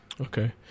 Okay